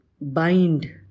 bind